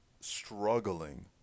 struggling